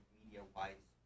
media-wise